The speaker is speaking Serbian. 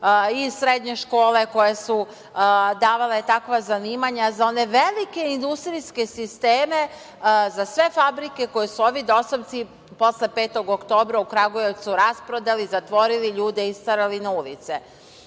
i srednje škole, koje su davale takva zanimanja za one velike industrijske sisteme, za sve fabrike koje su ovi dosovci posle 5. oktobra u Kragujevcu rasprodali, zatvorili, ljude isterali na ulice. Ali,